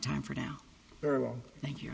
time for now very well thank you